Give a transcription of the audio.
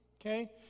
Okay